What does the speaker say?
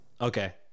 Okay